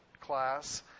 class